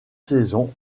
saisons